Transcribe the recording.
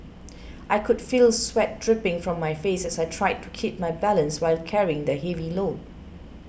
I could feel sweat dripping from my face as I tried to keep my balance while carrying the heavy load